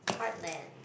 heart man